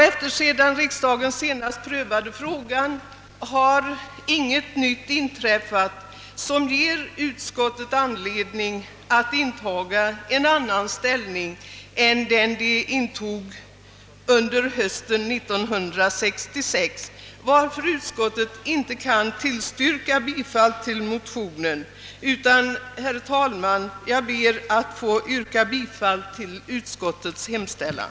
Efter det att riksdagen senast prövade frågan har inget nytt inträffat som ger utskottet anledning att inta en annan ståndpunkt än den riksdagen intog hösten 1966, varför utskottet inte kan tillstyrka bifall till motionen. Herr talman! Jag ber att få yrka bifall till utskottets hemställan.